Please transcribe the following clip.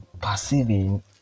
perceiving